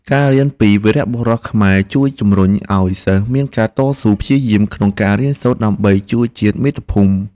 ការរៀនពីវីរបុរសខ្មែរជួយជំរុញឱ្យសិស្សមានការតស៊ូព្យាយាមក្នុងការរៀនសូត្រដើម្បីជួយជាតិមាតុភូមិ។